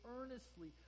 Earnestly